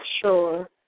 Sure